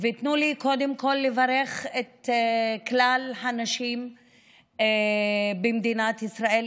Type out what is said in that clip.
תנו לי קודם כול לברך את כלל הנשים במדינת ישראל,